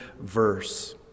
verse